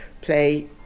play